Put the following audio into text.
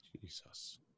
Jesus